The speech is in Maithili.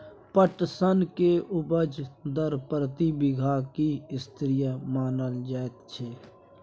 पटसन के उपज दर प्रति बीघा की स्तरीय मानल जायत छै?